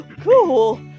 cool